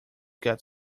get